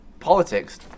Politics